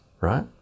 right